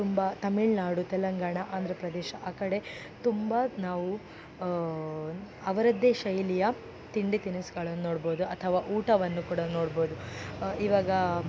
ತುಂಬ ತಮಿಳುನಾಡು ತೆಲಂಗಾಣ ಆಂದ್ರ ಪ್ರದೇಶ ಆ ಕಡೆ ತುಂಬ ನಾವು ಅವರದ್ದೇ ಶೈಲಿಯ ತಿಂಡಿ ತಿನಿಸುಗಳನ್ನು ನೋಡ್ಬೋದು ಅಥವಾ ಊಟವನ್ನು ಕೂಡ ನೋಡ್ಬೋದು ಇವಾಗ